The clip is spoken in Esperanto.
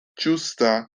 ĝusta